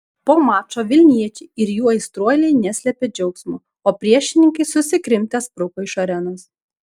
po mačo vilniečiai ir jų aistruoliai neslėpė džiaugsmo o priešininkai susikrimtę spruko iš arenos